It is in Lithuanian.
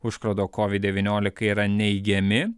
užkrato covid devyniolika yra neigiami